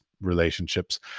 relationships